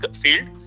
field